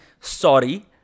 Sorry